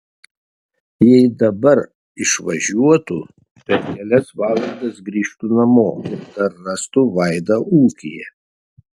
jei dabar išvažiuotų per kelias valandas grįžtų namo ir dar rastų vaidą ūkyje